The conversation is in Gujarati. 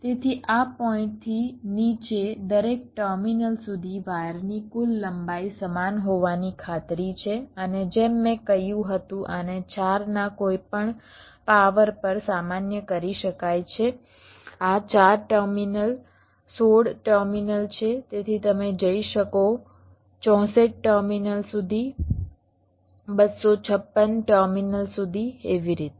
તેથી આ પોઇન્ટથી નીચે દરેક ટર્મિનલ સુધી વાયરની કુલ લંબાઈ સમાન હોવાની ખાતરી છે અને જેમ મેં કહ્યું હતું આને 4 નાં કોઈપણ પાવર પર સામાન્ય કરી શકાય છે આ 4 ટર્મિનલ 16 ટર્મિનલ છે જેથી તમે જઈ શકો 64 ટર્મિનલ સુધી 256 ટર્મિનલ સુધી એવી રીતે